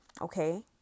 okay